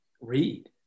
read